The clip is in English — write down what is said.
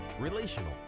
relational